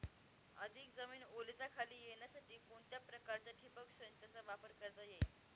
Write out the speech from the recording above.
अधिक जमीन ओलिताखाली येण्यासाठी कोणत्या प्रकारच्या ठिबक संचाचा वापर करता येईल?